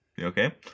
Okay